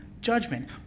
judgment